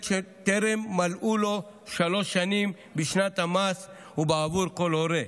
שטרם מלאו לו שלוש שנים בשנת המס ובעבור כל הורה.